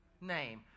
name